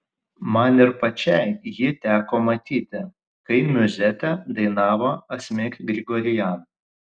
man ir pačiai jį teko matyti kai miuzetę dainavo asmik grigorian